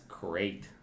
great